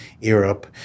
Europe